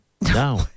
No